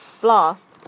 Blast